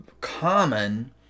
common